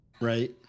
right